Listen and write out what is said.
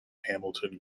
hamilton